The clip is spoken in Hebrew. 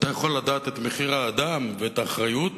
אתה יכול לדעת את מחיר האדם ואת האחריות